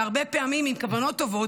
שהרבה פעמים הם עם כוונות טובות,